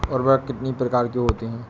उर्वरक कितनी प्रकार के होता हैं?